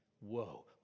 Whoa